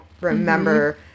remember